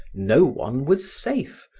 no one was safe,